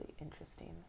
interesting